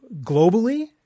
globally